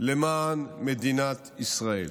למען מדינת ישראל.